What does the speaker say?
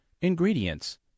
Ingredients